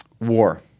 war